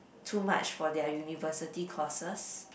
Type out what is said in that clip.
too much for their university courses